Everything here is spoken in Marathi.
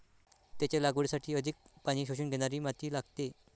त्याच्या लागवडीसाठी अधिक पाणी शोषून घेणारी माती लागते